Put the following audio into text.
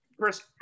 Chris